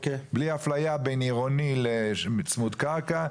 בלי אפליה בין עירוני לצמוד קרקע,